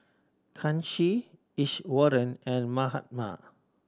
Kanshi Iswaran and Mahatma